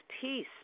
peace